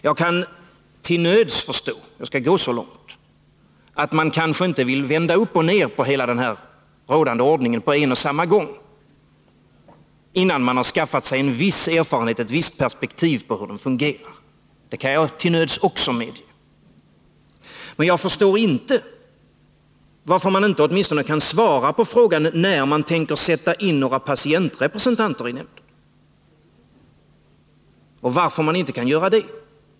Jag kan till nöds förstå — jag skall gå så långt — att man kanske inte helt vill vända upp och ner på den rådande ordningen på en och samma gång innan man har skaffat sig en viss erfarenhet av, ett visst perspektiv på hur denna fungerar. Detta kan jag medge. Men jag förstår inte varför man inte åtminstone kan svara på frågan när man tänker utse patientrepresentanter i nämnden och varför man inte kan göra det.